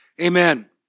Amen